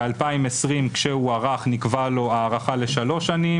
ב-2020 כשהוארך נקבעה לו הארכה לשלוש שנים